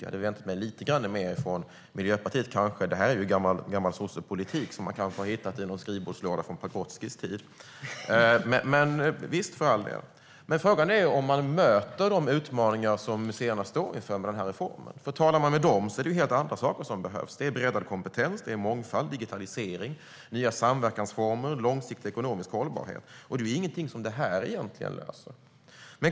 Jag hade nog väntat mig lite mer av Miljöpartiet, för det här är ju gammal sossepolitik som man kanske har hittat i någon skrivbordslåda från Pagrotskys tid. Frågan är om man möter de utmaningar som museerna står inför med den här reformen. De säger att det är helt andra saker som behövs. De behöver breddad kompetens, mångfald, digitalisering, nya samverkansformer och långsiktig ekonomisk hållbarhet, och det är ju ingenting som det här egentligen löser.